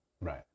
Right